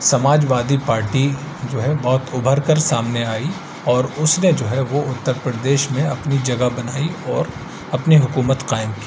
سماج وادی پارٹی جو ہے بہت ابھر کر سامنے آئی اور اس نے جو ہے وہ اتر پردیش میں اپنی جگہ بنائی اور اپنی حکومت قائم کی